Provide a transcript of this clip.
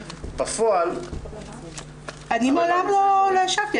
בפועל --- אני מעולם לא ישבתי.